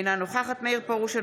אינה נוכחת מאיר פרוש,